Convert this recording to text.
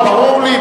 ברור לי,